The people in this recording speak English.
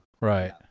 Right